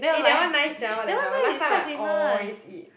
eh that one nice sia what the hell last time I always eat